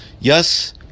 Yes